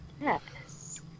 Yes